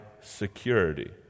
security